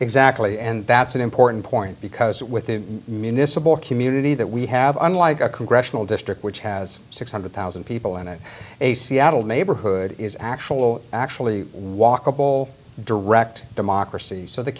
exactly and that's an important point because with the municipal community that we have unlike a congressional district which has six hundred thousand people in it a seattle neighborhood is actual actually walkable direct democracy so the